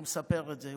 והוא מספר את זה,